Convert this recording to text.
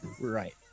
Right